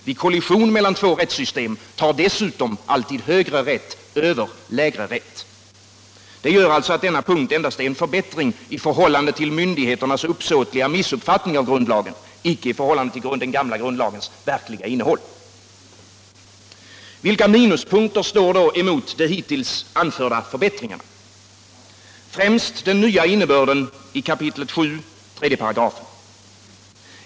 Vid kollision mellan två rättssystem tar dessutom alltid högre rätt över lägre rätt. Detta gör alltså att denna punkt endast är en förbättring i förhållande till myndigheternas uppsätliga missuppfattning av grundlagen. inte i förhållande till den gamla grundlagens verkliga innehåll. Vilka minuspunkter står då emot de hittills anförda förbättringarna? Jo, främst den nya innebörden i 7 kap. 3 §.